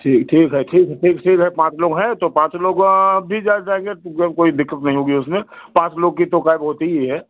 ठीक ठीक है ठीक है ठीक ठीक है पाँच लोग हैं तो पाँचों लोग भी जा जाऍंगे तो कोई दिक़्क़त नहीं होगी उसमें पाँच लोग की तो कैब होती ही है